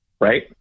right